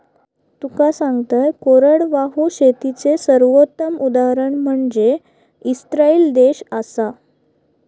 तुका सांगतंय, कोरडवाहू शेतीचे सर्वोत्तम उदाहरण म्हनजे इस्राईल देश आसा